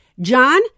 John